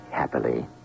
happily